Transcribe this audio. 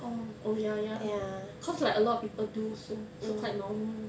orh oh ya ya cause like a lot of people do so so quite normal